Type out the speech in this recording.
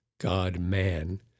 God-man